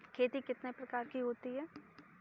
खेती कितने प्रकार की होती है?